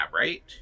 right